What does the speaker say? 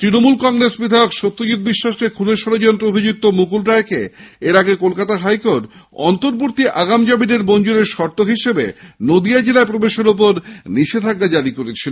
তৃণমূল কংগ্রেস বিধায়ক সত্যজিত বিশ্বাসকে খুনের ষড়যন্ত্রে অভিযুক্ত মুকুল রায়কে এর আগে হাইকোর্ট অন্তবর্তী আগাম জামিন মঞ্জুরের শর্ত হিসাবে নদীয়া জেলায় প্রবেশের উপর নিষেধাজ্ঞা জারি করেছিল